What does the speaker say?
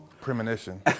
Premonition